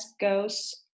goes